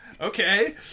okay